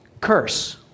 curse